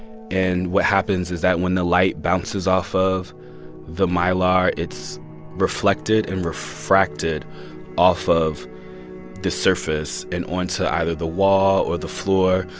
and what happens is that when the light bounces off of the mylar, it's reflected and refracted off of the surface and onto either the wall or the floor.